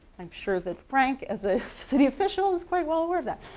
i'm sure that frank as a city official is quite well aware of that.